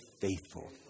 faithful